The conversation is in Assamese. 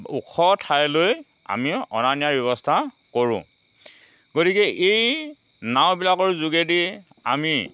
ওখ ঠাইলৈ আমি অনা নিয়াৰ ব্যৱস্থা কৰোঁ গতিকে এই নাওবিলাকৰ যোগেদি আমি